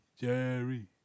Jerry